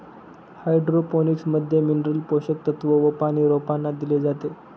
hydroponics मध्ये mineral पोषक तत्व व पानी रोपांना दिले जाते